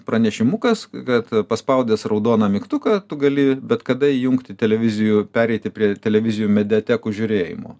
pranešimukas kad paspaudęs raudoną mygtuką tu gali bet kada įjungti televizijų pereiti prie televizijų mediatekų žiūrėjimo